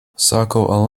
sako